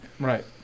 Right